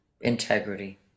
integrity